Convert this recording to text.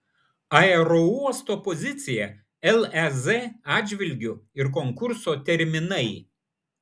aerouosto pozicija lez atžvilgiu ir konkurso terminai